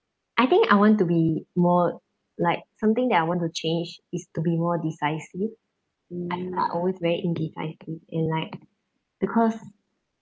I think I want to be more like something that I want to change is to be more decisive uh I always very indecisive and like because